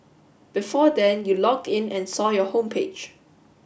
before then you logged in and saw your homepage